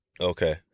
okay